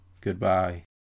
Goodbye